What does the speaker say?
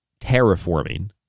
terraforming